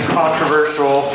controversial